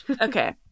Okay